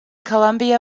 columbia